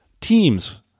teams